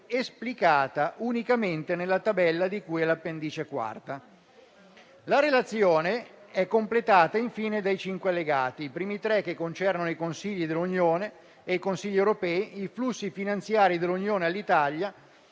esplicata unicamente nella tabella di cui all'appendice quarta. La relazione è completata infine dai cinque allegati: i primi tre concernono i Consigli dell'Unione, i Consigli europei, i flussi finanziari dell'Unione all'Italia